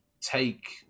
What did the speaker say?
take